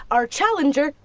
our challenger,